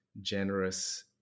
generous